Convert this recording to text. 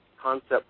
concept